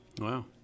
Wow